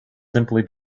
simply